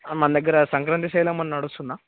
మన దగ్గర సంక్రాంతి సేల్ ఏమైనా నడుస్తుందా